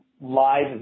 live